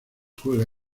juega